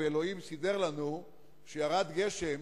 אלוהים סידר לנו שירד גשם